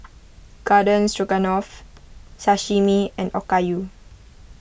Garden Stroganoff Sashimi and Okayu